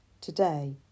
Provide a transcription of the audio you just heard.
today